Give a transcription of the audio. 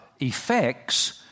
effects